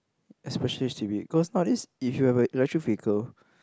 especially H_D_B cause nowadays if you have a electric vehicle